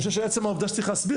אני חושב שעצם העובדה שצריך להסביר,